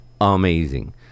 amazing